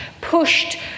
pushed